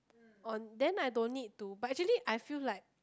on then I don't need to but actually I feel like